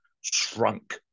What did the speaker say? shrunk